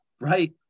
right